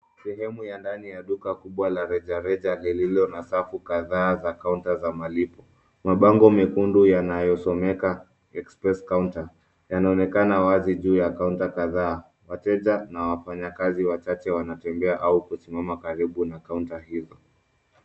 Sehemu ya ndani ya duka kubwa la rejareja lililo na safu kadha za kaunta za malipo. Mabango mekundu yanayosomeka express counter yanaonekana wazi juu ya kaunta kadhaa. Wateja na wafanyakazi wachache wanatembea au kusimama karibu na kaunta hizo.